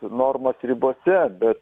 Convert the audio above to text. normos ribose bet